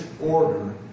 order